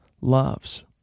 loves